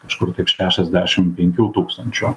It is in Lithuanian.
kažkur taip šešiasdešim penkių tūkstančių